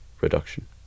reduction